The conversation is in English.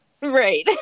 Right